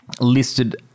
listed